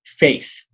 faith